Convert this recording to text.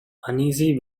uneasy